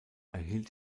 erhielt